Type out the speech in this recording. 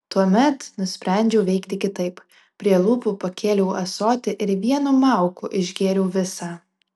tuomet nusprendžiau veikti kitaip prie lūpų pakėliau ąsotį ir vienu mauku išgėriau visą